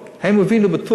הם היו אומרים את זה בסוד.